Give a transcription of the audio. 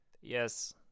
yes